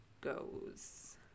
goes